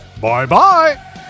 bye-bye